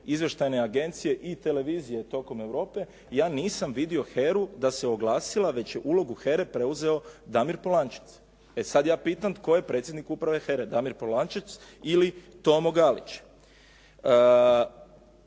izvještajne agencije i televizije tokom Europe, ja nisam vidio HERA-u da se oglasila, već je ulogu HERA preuzeo Damir Polančec. E sad ja pitam tko je predsjednik Uprave HERA-e, Damir Polančec ili Tomo Galić?